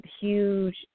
huge